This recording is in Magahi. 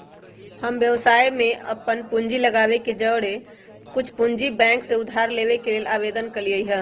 हम व्यवसाय में अप्पन पूंजी लगाबे के जौरेए कुछ पूंजी बैंक से उधार लेबे के लेल आवेदन कलियइ ह